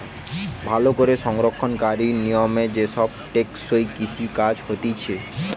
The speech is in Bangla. ভালো করে সংরক্ষণকারী নিয়মে যে সব টেকসই কৃষি কাজ হতিছে